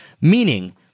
meaning